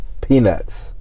peanuts